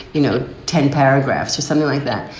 you know, ten paragraphs or something like that,